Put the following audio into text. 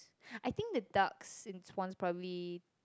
I think the ducks since once probably